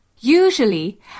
Usually